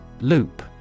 Loop